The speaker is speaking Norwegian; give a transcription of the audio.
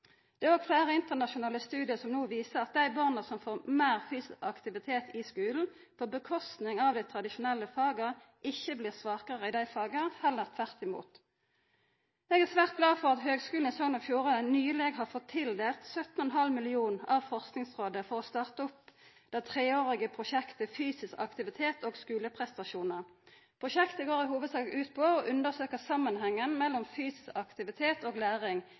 Det er òg fleire internasjonale studiar som no viser at dei barna som får meir fysisk aktivitet i skulen, på kostnad av dei tradisjonelle faga, ikkje blir svakare i dei faga – heller tvert om. Eg er svært glad for at Høgskulen i Sogn og Fjordane nyleg har fått tildelt 17,5 mill. kr av Forskingsrådet for å starta opp det treårige prosjektet Fysisk aktivitet og skuleprestasjonar. Prosjektet går i hovudsak ut på å undersøka samanhengen mellom fysisk aktivitet og læring,